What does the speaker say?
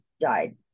died